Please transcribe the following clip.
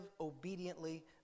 obediently